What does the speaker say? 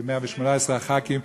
118 הח"כים,